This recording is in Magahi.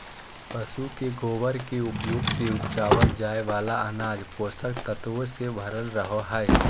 पशु के गोबर के उपयोग से उपजावल जाय वाला अनाज पोषक तत्वों से भरल रहो हय